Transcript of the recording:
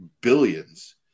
billions